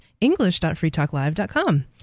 english.freetalklive.com